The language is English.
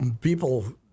people